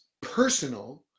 personal